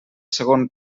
segon